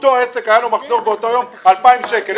אותו עסק היה לו מחזור באותו יום סכום של 2,000 שקלים.